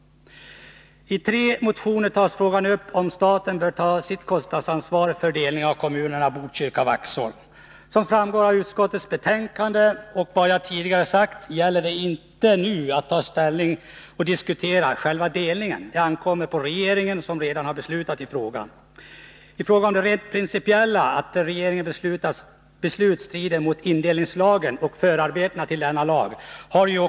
I tre motioner tas frågan upp om att staten bör ta sitt kostnadsansvar för delningen av kommunerna Botkyrka och Vaxholm. Som framgår av utskottets betänkande och av vad jag tidigare sagt gäller det inte att nu diskutera själva delningen. Det ankommer på regeringen som redan har beslutat i frågan. Konstitutionsutskottet har tidigare granskat det principiella, att regeringens beslut skulle strida mot indelningslagen och förarbetena till denna lag.